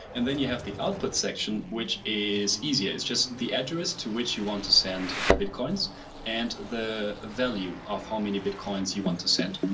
and then you have the output section, which is easy. it's just the address to which you want to send the bitcoins and the value of how many bitcoins you want to send.